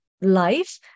life